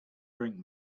bring